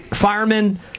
Firemen